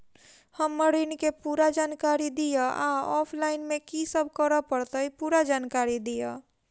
हम्मर ऋण केँ पूरा जानकारी दिय आ ऑफलाइन मे की सब करऽ पड़तै पूरा जानकारी दिय?